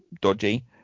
dodgy